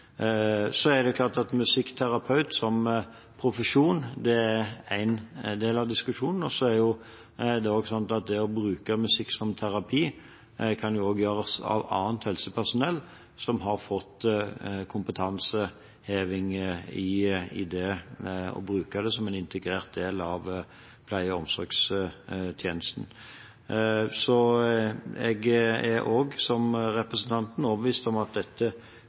Musikkterapeut som profesjon er én del av diskusjonen, men det å bruke musikk som terapi, kan jo også gjøres av annet helsepersonell som har fått kompetanseheving i det å bruke dette som en integrert del av pleie- og omsorgstjenesten. Så jeg er – som representanten – overbevist om at dette